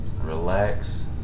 relax